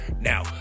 Now